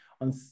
on